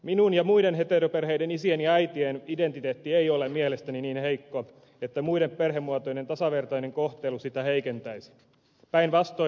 minun ja muiden heteroperheiden isien ja äitien identiteetti ei ole mielestäni niin heikko että muiden perhemuotojen tasavertainen kohtelu sitä heikentäisi päinvastoin